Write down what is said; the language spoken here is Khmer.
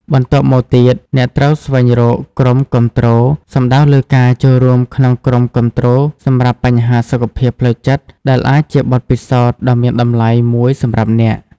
បន្ទាប់់មកទៀត អ្នកត្រូវស្វែងរកក្រុមគាំទ្រ សំដៅលើការចូលរួមក្នុងក្រុមគាំទ្រសម្រាប់បញ្ហាសុខភាពផ្លូវចិត្តដែលអាចជាបទពិសោធន៍ដ៏មានតម្លៃមួយសម្រាប់អ្នក។